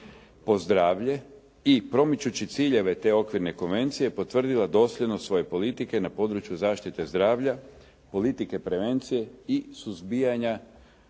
po zdravlje i promičući ciljeve te okvirne konvencije potvrdila dosljednost svoje politike na području zaštite zdravlja, politike prevencije i suzbijanja